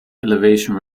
elevation